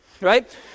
right